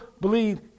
believe